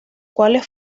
cuales